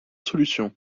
solutions